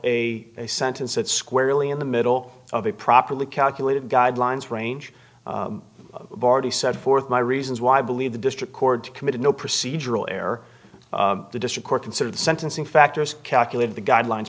have a sentence that squarely in the middle of a properly calculated guidelines range already set forth my reasons why i believe the district court committed no procedural error the district court considered the sentencing factors calculated the guidelines